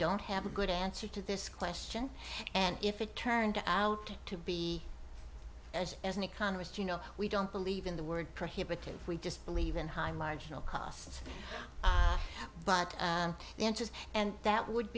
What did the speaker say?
don't have a good answer to this question and if it turned out to be as as an economist you know we don't believe in the word prohibitive we just believe in high marginal cost but interest and that would